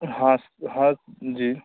हाँ हाँ जी